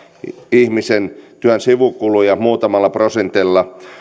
ihmisen työn sivukuluja muutamalla prosentilla